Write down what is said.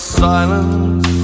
silence